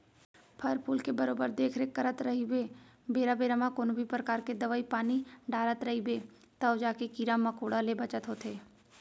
फर फूल के बरोबर देख रेख करत रइबे बेरा बेरा म कोनों भी परकार के दवई पानी डारत रइबे तव जाके कीरा मकोड़ा ले बचत होथे